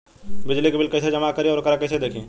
बिजली के बिल कइसे जमा करी और वोकरा के कइसे देखी?